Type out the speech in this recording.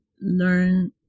learn